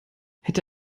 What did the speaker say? hätte